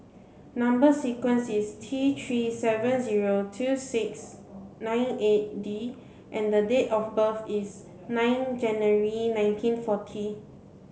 number sequence is T three seven zero two six nine eight D and the date of birth is nine January nineteen forty